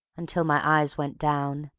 until my eyes went down,